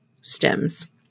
stems